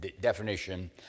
definition